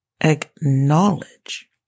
acknowledge